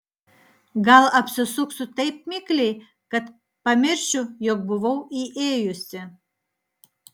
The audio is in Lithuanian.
gal apsisuksiu taip mikliai kad pamiršiu jog buvau įėjusi